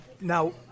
Now